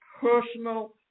personal